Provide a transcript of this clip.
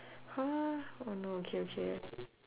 !huh! oh no okay okay